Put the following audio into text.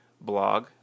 blog